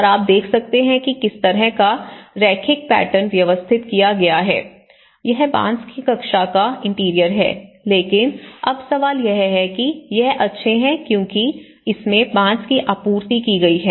और आप देख सकते हैं कि किस तरह का रैखिक पैटर्न व्यवस्थित किया गया है यह बांस की कक्षा का इंटीरियर है लेकिन अब सवाल यह है कि यह अच्छे हैं क्योंकि इसमें बांस की आपूर्ति की गई है